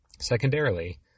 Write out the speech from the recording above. Secondarily